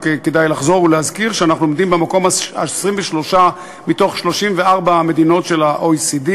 רק כדאי לחזור ולהזכיר שאנחנו עומדים במקום ה-23 מתוך 34 מדינות ה-OECD.